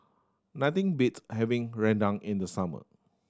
nothing beats having rendang in the summer